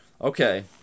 Okay